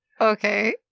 okay